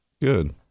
Good